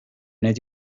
need